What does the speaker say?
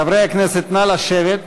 חברי הכנסת, נא לשבת.